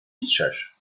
piszesz